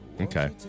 Okay